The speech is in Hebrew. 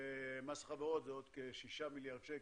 ומס חברות זה עוד כ-6 מיליארד שקל.